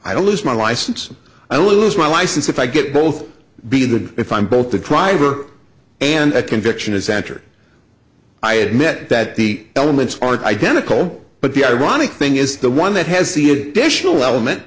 i don't lose my license i lose my license if i get both be there if i'm both the driver and a conviction is after i admit that the elements aren't identical but the ironic thing is the one that has the additional element